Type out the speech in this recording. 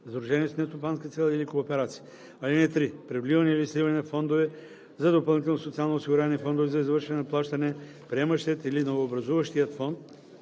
сдружение с нестопанска цел или кооперация. (3) При вливане или сливане на фондове за допълнително социално осигуряване и фондове за извършване на плащания приемащият или новообразуваният фонд